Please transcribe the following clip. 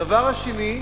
הדבר השני,